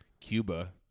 Cuba